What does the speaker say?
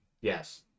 Yes